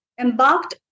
embarked